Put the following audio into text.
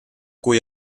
cui